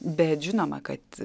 bet žinoma kad